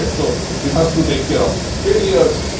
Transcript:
it so it has to take care of failures.